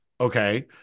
okay